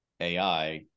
ai